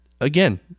again